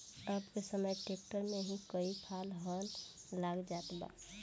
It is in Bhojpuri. अब के समय ट्रैक्टर में ही कई फाल क हल लाग जात बा